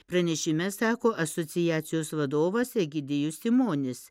pranešime sako asociacijos vadovas egidijus simonis